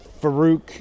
Farouk